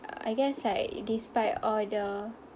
uh I guess like despite all the